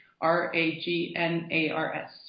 r-a-g-n-a-r-s